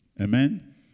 Amen